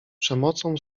przemocą